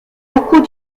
locaux